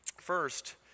first